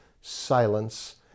silence